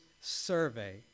survey